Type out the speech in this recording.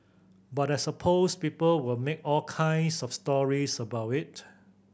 but I suppose people will make all kinds of stories about it